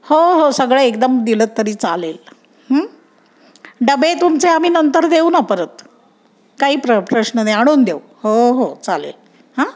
हो हो सगळं एकदम दिलंत तरी चालेल डबे तुमचे आम्ही नंतर देऊ ना परत काही प्र प्रश्न नाही आणून देऊ हो हो चालेल हां